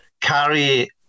carry